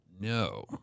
No